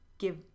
give